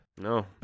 No